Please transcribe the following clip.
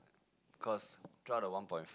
cause throughout the one point